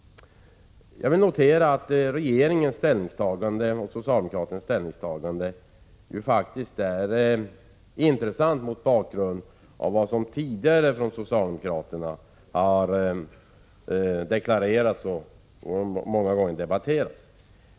Jag vill notera att regeringens och socialdemokraternas ställningstagande faktiskt är intressant mot bakgrund av vad som tidigare har deklarerats från socialdemokraterna och som många gånger har debatterats.